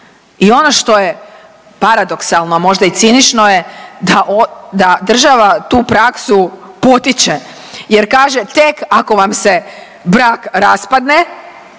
I ono što je paradoksalno, a možda i cinično je da, da država tu praksu potiče jer kaže tek ako vam se brak raspadne